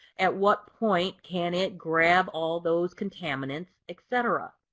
at what point can it grab all those contaminants, et cetera.